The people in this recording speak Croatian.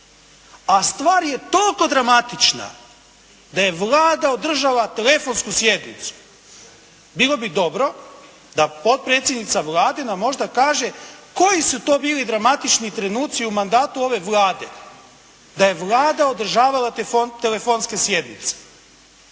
A stvar je toliko dramatična da je Vlada održala telefonsku sjednicu. Bilo bi dobro da potpredsjednica Vlade nam možda kaže koji su to bili dramatični trenutci u mandatu ove Vlade da je Vlada održavala telefonske sjednice.